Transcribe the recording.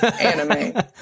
Anime